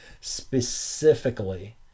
specifically